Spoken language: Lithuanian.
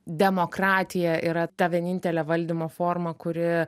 demokratija yra ta vienintelė valdymo forma kuri